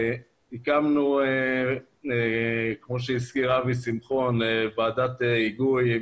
הקמנו כמו שהזכיר אבי שמחון ועדת היגוי,